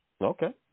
okay